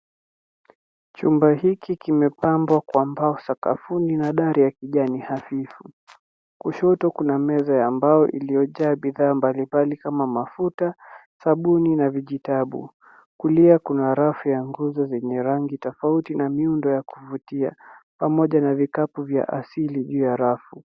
Chumba hiki kimepambwa kwa mbao sakafuni na dari ya kijani hafifu. Kushoto kuna meza ya mbao iliyojaa bidhaa mbalimbali kama mafuta, sabuni, na vijitabu. Kulia kuna rafu ya nguzo zenye rangi tofauti na miundo ya kuvutia pamoja na vikapu vya asili juu ya rafu.